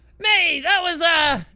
mae that was ah.